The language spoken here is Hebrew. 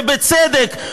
ובצדק,